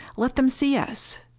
let them see us!